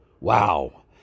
Wow